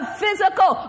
physical